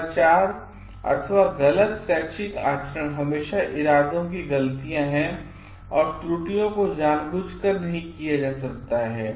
दुराचार अथवा गलत शैक्षिक आचरण हमेशा इरादों की गलतियों है और त्रुटियों को जानबूझकर नहीं किया जा सकता है